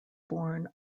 born